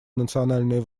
национальные